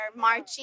marching